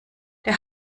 der